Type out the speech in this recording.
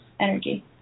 Energy